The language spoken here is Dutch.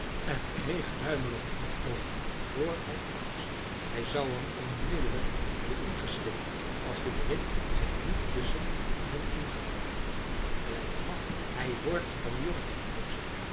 en kreeg duimelot in t oog vr hij op kon staan hij zou hem onmiddellijk hebben ingeslikt als de berin zich niet tusschen hen in geworpen had blijf van hem af hij hoort van de jongen